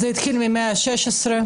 זה התחיל במאה ה-16.